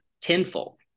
tenfold